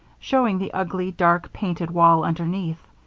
showing the ugly, dark, painted wall underneath.